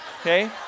okay